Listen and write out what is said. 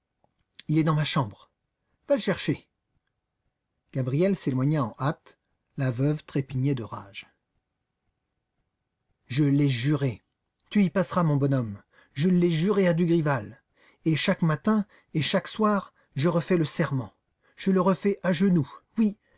il est dans ma chambre va le chercher gabriel s'éloigna en hâte la veuve trépignait de rage je l'ai juré tu y passeras mon bonhomme je l'ai juré à dugrival et chaque matin et chaque soir je refais le serment je le refais à genoux oui